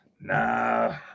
Nah